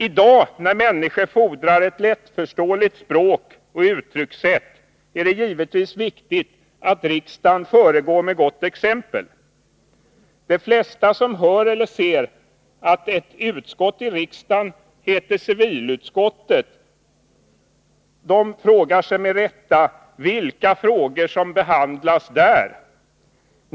I dag, när människor fordrar ett lättförståeligt språk och uttryckssätt, är det givetvis viktigt att riksdagen föregår med gott exempel. De flesta som hör eller ser att ett utskott i riksdagen heter civilutskottet frågar sig med rätta vilka frågor som behandlas där.